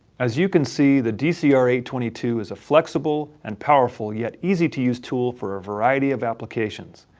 as you can see. the d c r eight two two is a flexible and powerful, yet easy to use tool for a variety of applications.